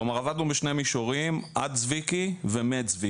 כלומר עבדנו בשני מישורים עד צביקי ומצביקי.